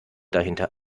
dahinter